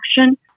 action